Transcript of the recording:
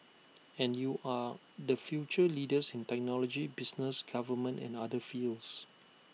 and you are the future leaders in technology business government and other fields